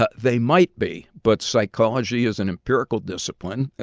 ah they might be, but psychology is an empirical discipline.